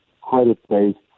credit-based